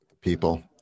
People